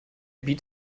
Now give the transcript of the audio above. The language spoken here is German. beat